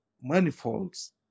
manifolds